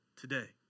today